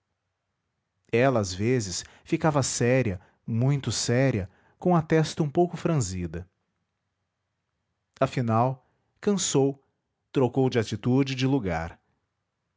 às vezes ficava séria muito séria com a testa um pouco franzida afinal cansou trocou de atitude e de lugar